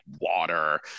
water